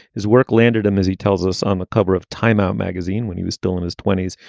his work landed him, as he tells us, on the cover of time out magazine when he was still in his twenty s.